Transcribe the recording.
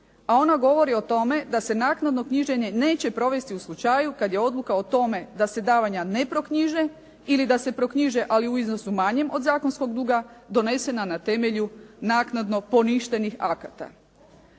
a ona govori o tome, da se naknadno knjiženje neće provesti u slučaju kada je odluka o tome da se davanja ne proknjiže ili da se proknjiže ali u iznosu manje od zakonskog duga, donesena na temelju naknadno poništenih akata.